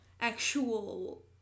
actual